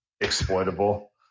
exploitable